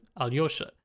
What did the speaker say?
Alyosha